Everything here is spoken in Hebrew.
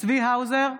צבי האוזר,